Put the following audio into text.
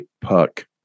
puck